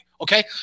okay